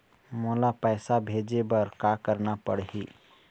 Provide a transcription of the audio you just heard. मोला पैसा भेजे बर का करना पड़ही?